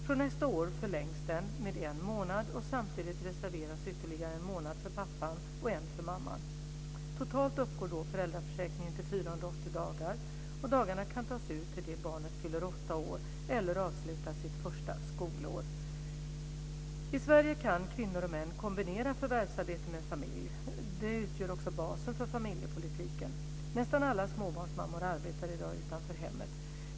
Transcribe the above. Från nästa år förlängs den med en månad, och samtidigt reserveras ytterligare en månad för pappan och en för mamman. Totalt uppgår då föräldraförsäkringen till 480 dagar. Dagarna kan tas ut till det att barnet fyller åtta år eller avslutar sitt första skolår. I Sverige kan kvinnor och män kombinera förvärvsarbete med familj. Det utgör också basen för familjepolitiken. Nästan alla småbarnsmammor arbetar i dag utanför hemmet.